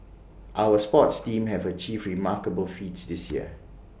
our sports teams have achieved remarkable feats this year